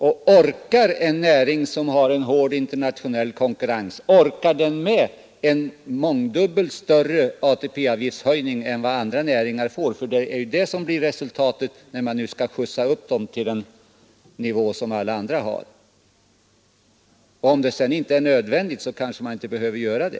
Och orkar en näring som arbetar under hård internationell konkurrens med en mångdubbelt större ATP-avgifthöjning än vad andra näringar får vidkännas? Det är ju vad som blir resultatet, om man nu skjutsar upp sjöfartsnäringen till samma nivå som alla andra. Och om det inte är nödvändigt kanske man inte behöver göra det.